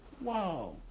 Wow